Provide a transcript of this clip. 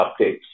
updates